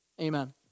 Amen